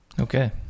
Okay